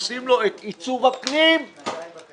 עושים לו את עיצוב הפנים, שנתיים.